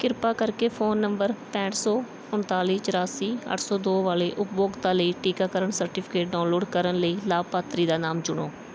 ਕਿਰਪਾ ਕਰਕੇ phone number ਪੈਂਹਠ ਸੌ ਉਨਤਾਲੀ ਚੁਰਾਸੀ ਅੱਠ ਸੌ ਦੋ ਵਾਲੇ ਉਪਭੋਗਤਾ ਲਈ ਟੀਕਾਕਰਨ ਸਰਟੀਫਿਕੇਟ ਡਾਊਨਲੋਡ ਕਰਨ ਲਈ ਲਾਭਪਾਤਰੀ ਦਾ ਨਾਮ ਚੁਣੋ